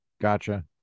Gotcha